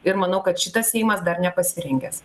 ir manau kad šitas seimas dar nepasirengęs